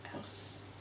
else